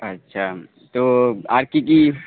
আচ্ছা তো আর কী কী